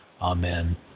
Amen